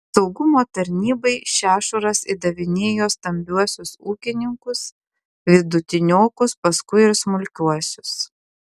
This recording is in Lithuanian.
saugumo tarnybai šešuras įdavinėjo stambiuosius ūkininkus vidutiniokus paskui ir smulkiuosius